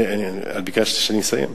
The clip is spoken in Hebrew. את ביקשת שאני אסיים?